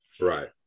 Right